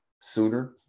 sooner